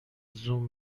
زوم